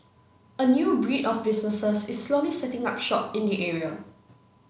a new breed of businesses is slowly setting up shop in the area